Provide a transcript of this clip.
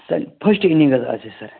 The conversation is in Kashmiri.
سَر فٔسٹ اِنِنٛگ حظ آسہِ سَر